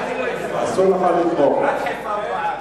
אסור לך לתמוך.